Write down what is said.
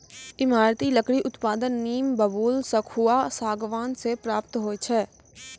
ईमारती लकड़ी उत्पादन नीम, बबूल, सखुआ, सागमान से प्राप्त होय छै